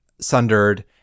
sundered